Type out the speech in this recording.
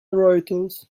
reuters